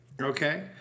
okay